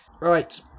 Right